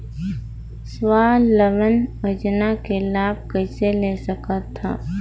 स्वावलंबन योजना के लाभ कइसे ले सकथव?